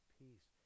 peace